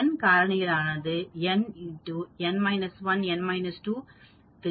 n காரணியாலானது n 3 மற்றும் பலவற்றை கொண்டது